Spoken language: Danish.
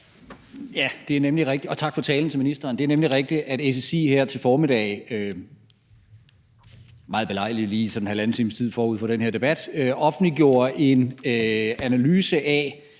Martin Geertsen (V): Tak for talen til ministeren. Det er nemlig rigtigt, at SSI her til formiddag, meget belejligt lige sådan halvanden times tid forud for den her debat, offentliggjorde en analyse af,